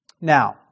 Now